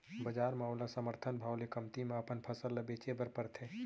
बजार म ओला समरथन भाव ले कमती म अपन फसल ल बेचे बर परथे